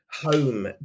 home